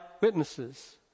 witnesses